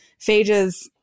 phages